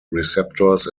receptors